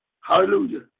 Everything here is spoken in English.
Hallelujah